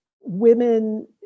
women